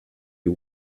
des